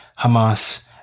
Hamas